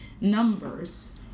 numbers